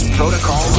Protocol